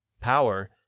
power